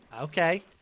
Okay